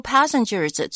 Passengers